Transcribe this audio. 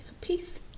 peace